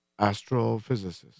astrophysicist